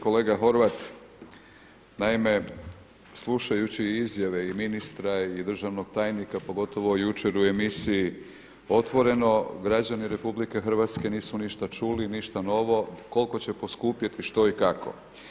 Kolega Horvat, naime slušajući izjave i ministra i državnog tajnika, pogotovo jučer u emisiji Otvoreno, građani RH nisu ništa čuli ništa novo koliko će poskupjeti, što i kako.